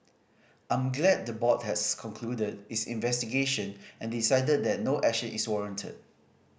I'm glad the board has concluded its investigation and decided that no action is warranted